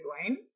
wine